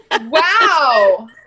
Wow